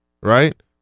right